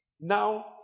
now